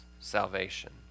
salvation